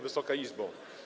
Wysoka Izbo!